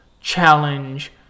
challenge